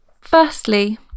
Firstly